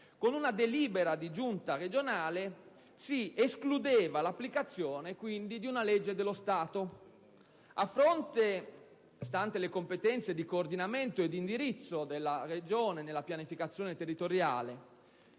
con una delibera di Giunta regionale si escludeva l'applicazione di una legge dello Stato. Stante le competenze di coordinamento e di indirizzo della Regione nella pianificazione territoriale,